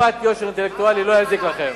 טיפת יושר אינטלקטואלי, לא יזיק לכם.